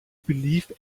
believe